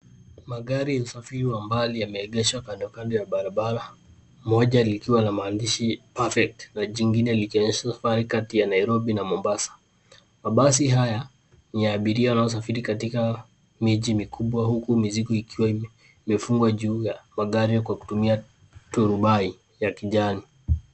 Magari ya usafiri wa mbali yameegeshwa kando kando ya barabara moja likiwa na maandishi Perfect na jingine likionyesha safari kati ya Nairobi na Mombasa, basi haya ni abiria wanaosafiri katika miji mikubwa huku mizigo ikiwa imefungwa juu ya magari kwa kutumia turbai ya kijani.